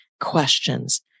questions